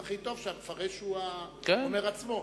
והכי טוב שהמפרש הוא האומר עצמו.